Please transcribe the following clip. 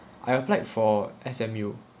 I applied for S_M_U